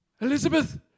Elizabeth